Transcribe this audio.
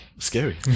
Scary